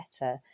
better